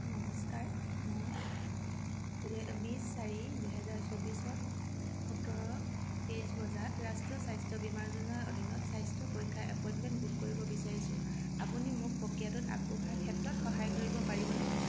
নমস্কাৰ মই দুহেজাৰ বিছ চাৰি দুহেজাৰ চৌবিছত সোতৰ তেইছ বজাত ৰাষ্ট্ৰীয় স্বাস্থ্য বীমা যোজনাৰ অধীনত স্বাস্থ্য পৰীক্ষাৰ এপইণ্টমেণ্ট বুক কৰিব বিচাৰিছোঁ আপুনি মোক প্ৰক্ৰিয়াটোত আগবঢ়াৰ ক্ষেত্ৰত সহায় কৰিব পাৰিবনে